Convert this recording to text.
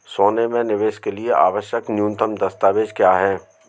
सोने में निवेश के लिए आवश्यक न्यूनतम दस्तावेज़ क्या हैं?